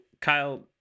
Kyle